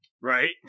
Right